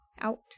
out